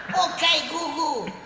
okay googoo.